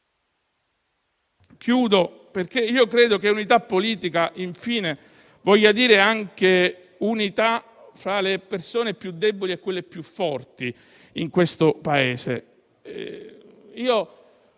Concludo perché credo che unità politica, infine, voglia dire anche unità fra le persone più deboli e quelle più forti del nostro Paese.